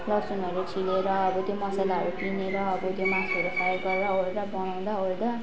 लसुनहरू छिलेर अब त्यो मसलाहरू पिँधेर अब त्यो मासुहरू फ्राई गर्दा ओर्दा बनाउँदा ओर्दा